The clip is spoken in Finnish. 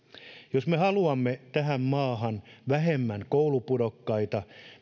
jos me haluamme tähän maahan vähemmän koulupudokkaita